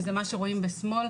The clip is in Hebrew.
שזה מה שרואים משמאל,